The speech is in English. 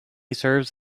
serves